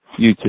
YouTube